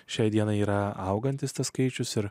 šiai dienai yra augantis tas skaičius ir